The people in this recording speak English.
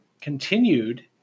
continued